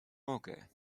mogę